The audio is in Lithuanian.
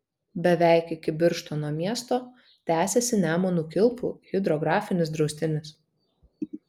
beveik iki birštono miesto tęsiasi nemuno kilpų hidrografinis draustinis